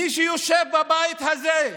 מי שיושב בבית הזה,